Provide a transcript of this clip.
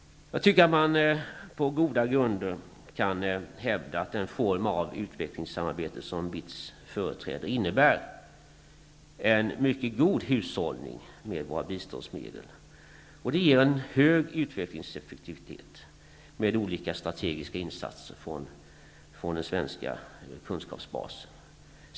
Jag tycker att man på goda grunder kan hävda att den form av utvecklingssamarbete som BITS företräder innebär en mycket god hushållning med våra biståndsmedel. Det blir en hög utvecklingseffektivitet med olika strategiska insatser från den svenska kunskapsbasen.